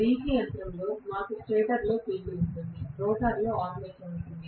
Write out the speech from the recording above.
DC యంత్రంలో మాకు స్టేటర్లో ఫీల్డ్ ఉంది రోటర్లో ఆర్మేచర్ ఉంది